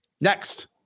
Next